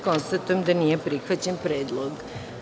Konstatujem da nije prihvaćen predlog.